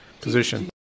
position